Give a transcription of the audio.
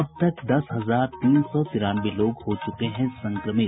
अब तक दस हजार तीन सौ तिरानवे लोग हो चुके हैं संक्रमित